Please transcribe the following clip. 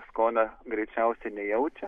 skonio greičiausia nejaučia